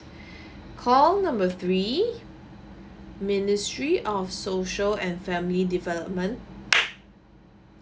call number three ministry of social and family development